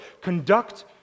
conduct